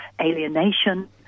alienation